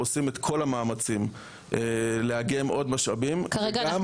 עושים את כל המאמצים לאגם עוד משאבים -- כרגע אנחנו